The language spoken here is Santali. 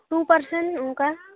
ᱴᱩ ᱯᱟᱨᱥᱮᱱ ᱚᱱᱠᱟ